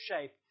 shape